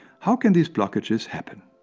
how can these blockages happen?